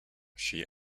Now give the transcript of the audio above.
she